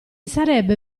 sarebbe